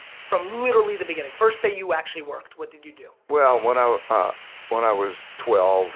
from literally the beginning, first day you actually worked, what did you do? well when i ah when i was twelve